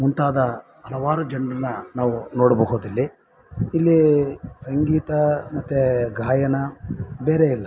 ಮುಂತಾದ ಹಲವಾರು ಜನರನ್ನು ನಾವು ನೋಡಬಹುದಿಲ್ಲಿ ಇಲ್ಲಿ ಸಂಗೀತ ಮತ್ತೆ ಗಾಯನ ಬೇರೆ ಎಲ್ಲ